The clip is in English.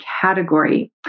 category